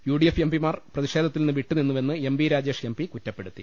U D F M പിമാർ പ്രതിഷേധത്തിൽ നിന്ന് വിട്ടു നിന്നുവെന്ന് M B Rajesh M P കുറ്റപ്പെടുത്തി